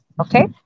Okay